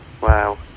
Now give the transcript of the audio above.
wow